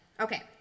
Okay